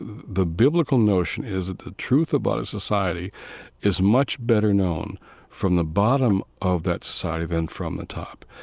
the the biblical notion is that the truth about a society is much better known from the bottom of that society then from the top.